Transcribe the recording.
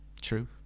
True